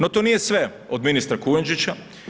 No, to nije sve od ministra Kujundžića.